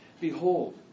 Behold